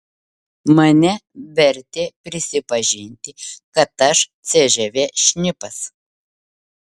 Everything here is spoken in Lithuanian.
mane vertė prisipažinti kad aš cžv šnipas